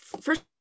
first